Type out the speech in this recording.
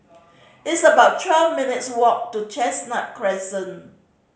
it's about twelve minutes' walk to Chestnut Crescent